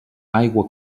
aigua